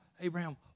Abraham